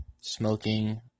smoking